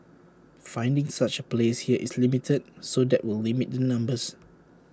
finding such A place here is limited so that will limit the numbers